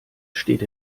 steht